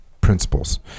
principles